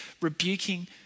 rebuking